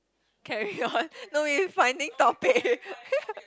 carry on no we finding topic